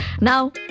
now